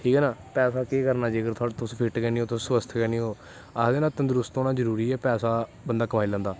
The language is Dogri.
ठीक ऐ ना पैसा केह् करना जे तुस फिट्ट गै नी हो स्वस्थ गै नी ओ आखदे ना तंदरुस्त होना जरूरी ऐ पैसा बंदा कमाई लैंदा